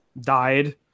died